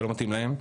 שלא מתאים להם,